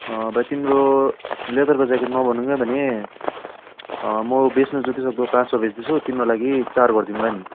भाइ तिम्रो लेदरको ज्याकेट नभनौँ भने म बेच्नु जति सक्दो पाँचमा बेच्दैछु तिम्रो लागि चार गरिदिउँला नि